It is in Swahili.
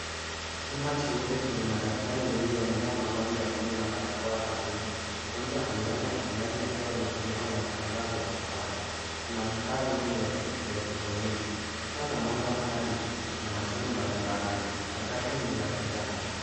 Chumba cheupe chenye madaktari wengi wamevaa mavazi ya buluu na barakoa za buluu. Mgonjwa amelala kitandani akiwa amefunikwa na vitambaa vya samawati. Kuna vifaa vingine vya kielekroniki hasa mwanga mkali na mashine mbalimbali. Sakafu ni ya kijani.